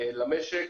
למשק,